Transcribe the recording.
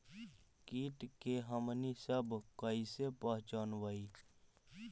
किट के हमनी सब कईसे पहचनबई?